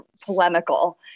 polemical